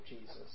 Jesus